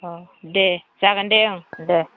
अ दे जागोन दे ओंं दे